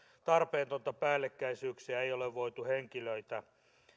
tarpeettomia päällekkäisyyksiä ei ole voitu henkilöitä